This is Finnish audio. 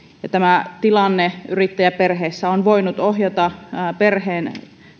ja tämä tilanne yrittäjäperheissä on voinut ohjata perheen